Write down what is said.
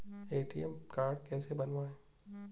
ATM card कैसे बनवाएँ?